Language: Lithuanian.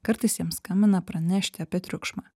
kartais jiems skambina pranešti apie triukšmą